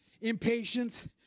impatience